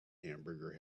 hamburger